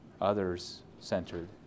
others-centered